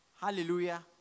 Hallelujah